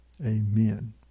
Amen